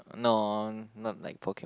no not like Pokemon